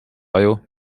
aju